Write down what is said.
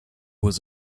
was